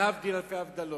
להבדיל אלפי הבדלות,